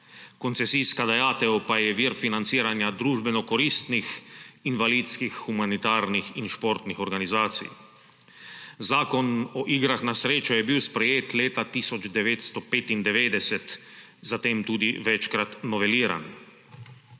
koncesijska dajatev pa je vir financiranja družbeno koristnih invalidskih, humanitarnih in športnih organizacij. Zakon o igrah na srečo je bil sprejet leta 1995, zatem tudi večkrat noveliran.